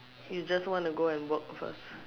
you just wanna go and work first